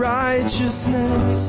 righteousness